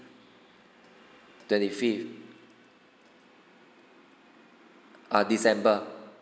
twenty fifth err december